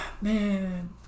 man